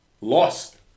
lost